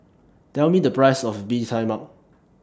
Tell Me The Price of Bee Tai Mak